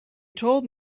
told